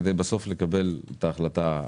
כדי לקבל בסוף החלטה.